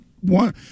one